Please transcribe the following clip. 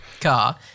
car